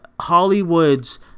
Hollywood's